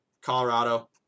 Colorado